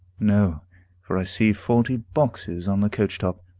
no for i see forty boxes on the coach-top.